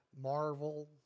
Marvel